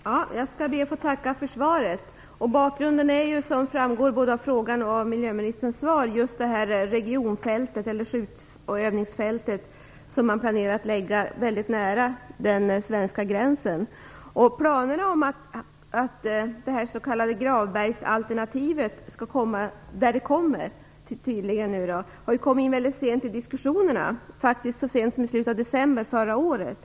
Fru talman! Jag ber att få tacka för svaret. Bakgrunden är, som framgår både av frågan och av miljöministerns svar, det övnings och skjutfält som man planerar att lägga mycket nära den svenska gränsen. Planerna på denna förläggning av det s.k. Gravbergsalternativet har kommit upp mycket sent i diskussionerna, faktiskt så sent som i slutet av december förra året.